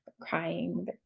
crying